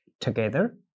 together